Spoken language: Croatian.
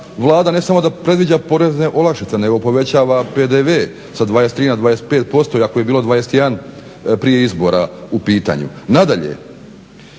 Vlada ne samo da predviđa porezne olakšice nego povećava PDV sa 23 na 25% i ako je bilo 21 prije izbora u pitanju. Nadalje,